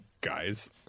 guys